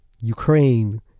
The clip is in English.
Ukraine